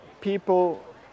people